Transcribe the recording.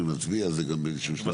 כשנצביע על זה גם באיזה שהוא שלב.